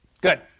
Good